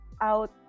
out